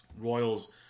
Royals